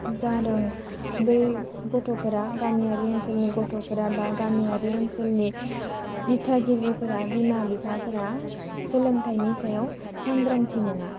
जादों बे गथ'फोरा गामियारि ओनसोलनि गथ'फोरा बा गामियारि ओनसोलनि दिथागिरिफोरा बिमा बिफाफोरा सोलोंथाइनि सायाव सांग्रांथि नङा